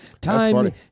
time